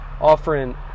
offering